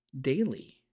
daily